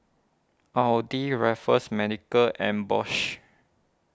Audi Raffles Medical and Bosch